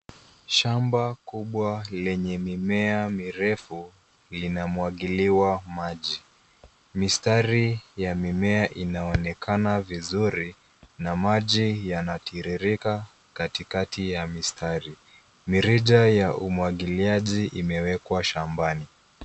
Shamba kubwa lenye mimea mirefu, linamwagiliwa maji. Mistari ya mimea inaonekana vizuri, na maji yanatiririka katikati ya mistari. Mirija ya umwagiliaji imewekwa shambani.